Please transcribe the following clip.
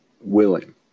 willing